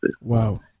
Wow